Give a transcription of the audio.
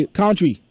country